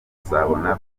uzabona